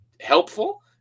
helpful